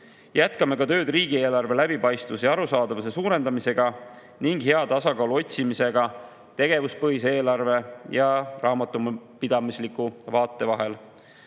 Jätkame tööd riigieelarve läbipaistvuse suurendamise ja arusaadavuse [parandamisega] ning hea tasakaalu otsimisega tegevuspõhise eelarve ja raamatupidamisliku vaate vahel.